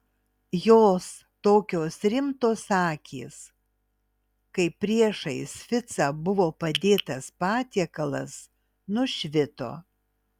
jos tokios rimtos akys kai priešais ficą buvo padėtas patiekalas nušvito